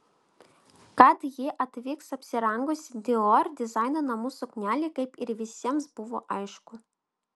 kad ji atvyks apsirengusi dior dizaino namų suknele kaip ir visiems buvo aišku